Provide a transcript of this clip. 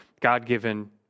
God-given